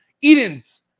Edens